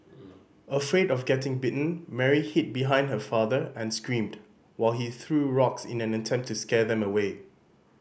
afraid of getting bitten Mary hid behind her father and screamed while he threw rocks in an attempt to scare them away